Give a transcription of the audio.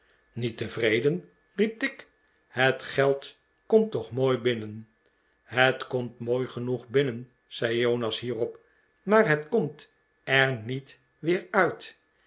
niet tevreden riep tigg het geld komt toch mooi binnen het komt mooi genoeg binnen zei jonas hierop f maar het komt er niet weer uit